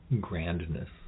grandness